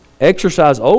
exercise